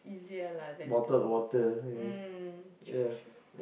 it's easier lah than to mm true true